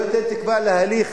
לא ייתן תקווה להליך